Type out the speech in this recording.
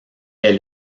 est